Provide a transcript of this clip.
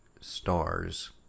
Stars